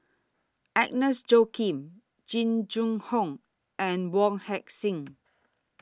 Agnes Joaquim Jing Jun Hong and Wong Heck Sing